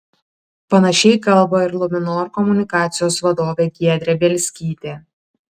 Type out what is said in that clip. panašiai kalba ir luminor komunikacijos vadovė giedrė bielskytė